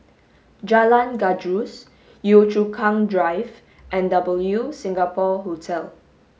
Jalan Gajus Yio Chu Kang Drive and W Singapore Hotel